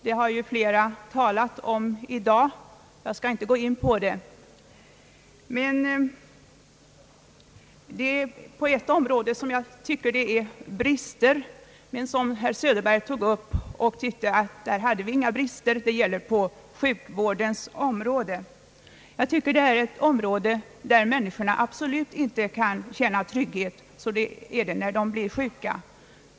Det har ju flera talat om i dag, jag skall inte närmare gå in på det. Jag vill endast beröra ett område som herr Söderberg tog upp i sitt anförande, där han inte ansåg att vi hade några brister, nämligen sjukvårdens område. Det tillfälle då människorna absolut inte kan känna trygghet är när de är sjuka.